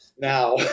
now